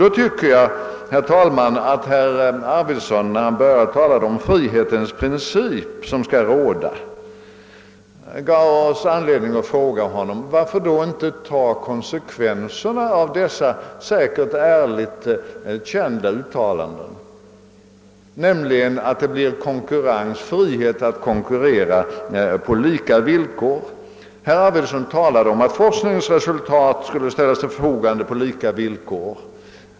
Då tycker jag, herr talman, att herr Arvidson, när han började tala om frihetens princip som skulle råda, gav oss anledning fråga honom: Varför då inte ta konsekvenserna av dessa säkert ärligt menade uttalanden, nämligen handla så att det blir frihet att konkurrera på lika villkor? Herr Arvidson talade om att forskningens resultat skulle ställas till förfogande på lika villkor.